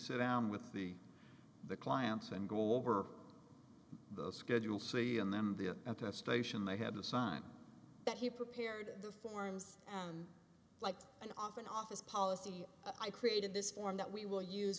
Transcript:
said down with the the clients and go over the schedule c and them there at that station they had to sign that he prepared the forms and liked and often office policy i created this form that we will use